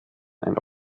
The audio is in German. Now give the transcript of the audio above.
ein